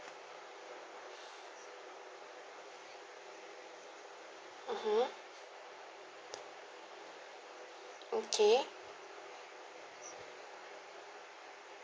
mmhmm okay